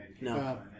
No